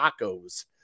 Tacos